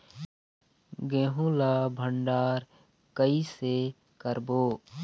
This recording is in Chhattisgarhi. गेहूं ला भंडार कई से करबो?